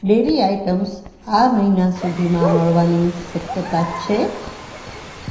dairy items આ મહિના સુધીમાં મળવાની શક્યતા છે